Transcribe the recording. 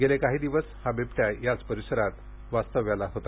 गेले काही दिवस हा बिबट्या याच परिसरात वास्तव्याला होता